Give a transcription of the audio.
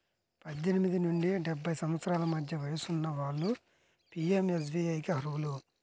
పద్దెనిమిది నుండి డెబ్బై సంవత్సరాల మధ్య వయసున్న వాళ్ళు పీయంఎస్బీఐకి అర్హులు